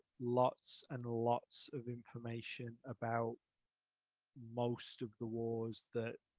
lots and lots of information about most of the wars that